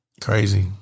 Crazy